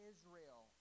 Israel